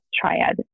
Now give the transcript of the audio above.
triad